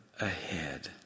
ahead